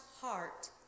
heart